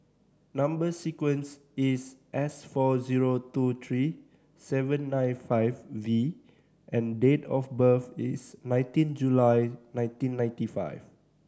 number sequence is S four zero two three seven nine five V and date of birth is nineteen July nineteen ninety five